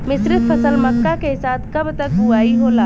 मिश्रित फसल मक्का के साथ कब तक बुआई होला?